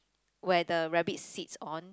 where the rabbit sits on